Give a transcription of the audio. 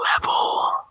level